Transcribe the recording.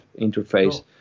interface